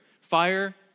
Fire